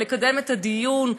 לקדם את הדיון,